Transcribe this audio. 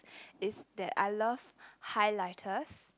is that I love highlighters